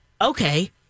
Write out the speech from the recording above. okay